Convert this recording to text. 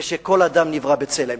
ושכל אדם נברא בצלם.